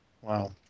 wow